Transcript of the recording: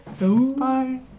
Bye